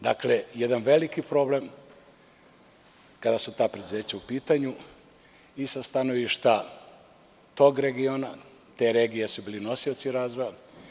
Dakle, jedan veliki problem kada su ta preduzeća u pitanju i sa stanovišta tog regiona, te regije su bili nosioci razvoja.